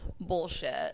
Bullshit